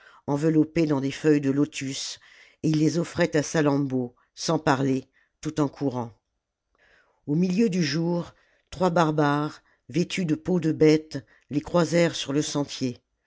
enveloppées dans des feuilles de lotus et il les offrait à salammbô sans parler tout en courant au milieu du jour trois barbares vêtus de peaux de bêtes les croisèrent sur le sentier